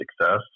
success